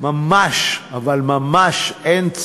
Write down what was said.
אבל ממש אין,